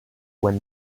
when